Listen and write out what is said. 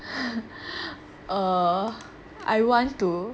err I want to